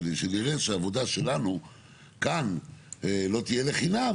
כדי שנראה שהעבודה שלנו כאן לא תהיה לחינם,